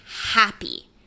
happy